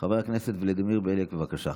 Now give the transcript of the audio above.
חבר הכנסת ולדימיר בליאק, בבקשה.